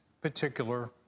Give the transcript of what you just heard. particular